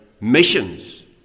missions